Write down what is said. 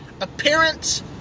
appearance